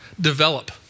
Develop